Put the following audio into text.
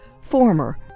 former